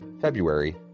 February